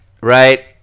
right